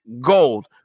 gold